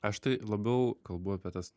aš tai labiau kalbu apie tas